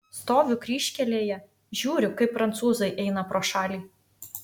stoviu kryžkelėje žiūriu kaip prancūzai eina pro šalį